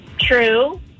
True